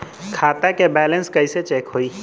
खता के बैलेंस कइसे चेक होई?